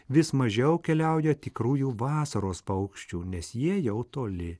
vis mažiau keliauja tikrųjų vasaros paukščių nes jie jau toli